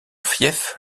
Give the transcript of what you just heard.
fief